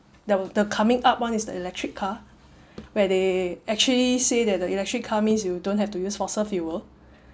the the coming up one is the electric car where they actually say that the electric car means you don't have to use fossil fuel